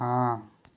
हाँ